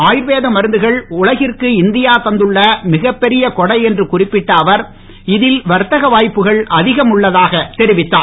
ஆயுர்வேத மருந்துகள் உலகத்திற்கு இந்தியா தந்துள்ள மிகப்பெரிய கொடை என்று குறிப்பிட்ட அவர் இதில் வர்த்தக வாய்ப்புகள் அதிகம் உள்ளதாக தெரிவித்தார்